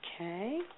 Okay